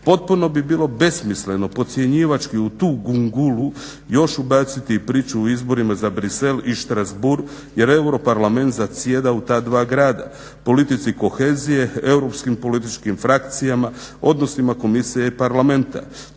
Potpuno bi bilo besmisleno podcjenjivački u tu gungulu još ubaciti i priču o izborima za Bruxelles i Strasbourg jer Europarlament zasjeda u ta dva grada. Politici kohezije, europskim političkim frakcijama, odnosima komisije i parlamenta